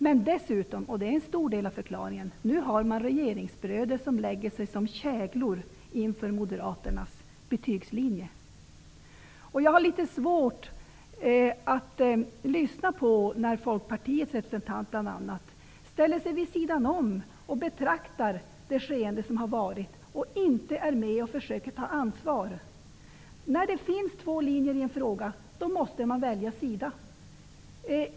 Men en stor del av förklaringen är att en mängd regeringsbröder lägger sig som käglor inför Jag har litet svårt att lyssna när bl.a. Folkpartiets representant ställer sig vid sidan om och betraktar skeendet i stället för att försöka ta ansvar. När det finns två linjer i en fråga måste man välja sida.